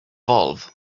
valve